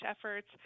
efforts